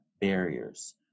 barriers